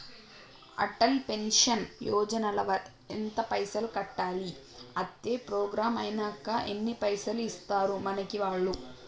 Atal pension Yojana ల ఎంత పైసల్ కట్టాలి? అత్తే ప్రోగ్రాం ఐనాక ఎన్ని పైసల్ ఇస్తరు మనకి వాళ్లు?